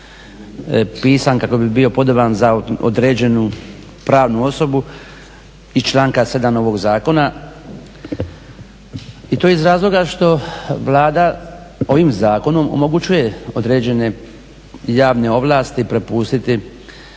pisan kako bi bio podoban za određenu pravnu osobu iz članka 7.ovog zakona i to iz razloga što Vlada ovim zakonom omogućuje određene javne ovlasti prepustiti